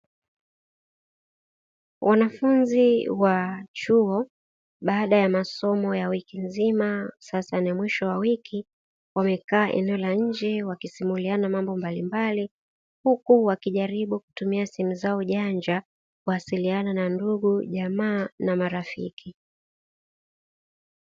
Wanafunzi wa chuo baada ya masomo, ya wiki nzima sasa ni mwisho wa wiki. Wamekaa eneo la nje wakisimuliana mambo mbalimbali, Huku wakijaribu kutumia simu zao janja kuwasiliana na jamaa, ndugu na marafiki.